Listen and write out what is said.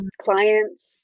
clients